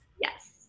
Yes